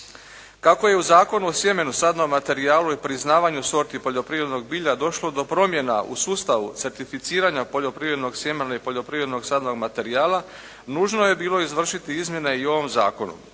Kako je u Zakonu o sjemenu, sadnom materijalu i priznavanju sorti poljoprivrednog bilja došlo do promjena u sustavu certificiranja poljoprivrednog sjemena i poljoprivrednog sadnog materijala, nužno je bilo izvršiti izmjene i u ovom Zakonu.